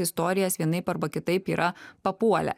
istorijas vienaip arba kitaip yra papuolę